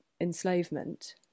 enslavement